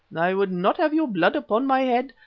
i would not have your blood upon my head.